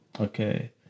okay